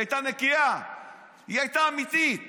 היא הייתה נקייה, היא הייתה אמיתית לכאורה.